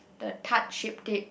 the Tarte Shape Tape